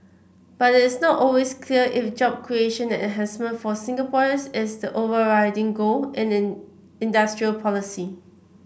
but it is not always clear if job creation and enhancement for Singaporeans is the overriding goal and in industrial policy